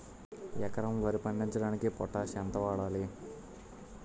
ఎకరం వరి పండించటానికి పొటాష్ ఎంత వాడాలి?